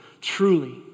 truly